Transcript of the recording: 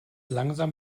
langsam